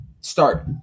start